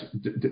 yes